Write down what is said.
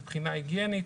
מבחינה היגיינית.